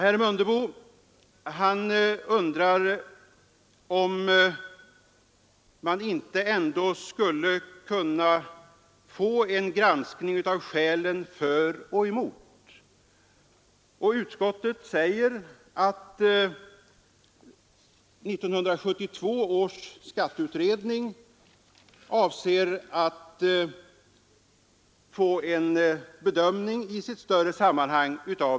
Herr Mundebo undrar om man ändå inte skulle kunna få en granskning av skälen för och emot. Utskottet säger att 1972 års skatteutredning ”avser att ta upp avdragssystemet till allsidig bedömning i sitt större sammanhang”.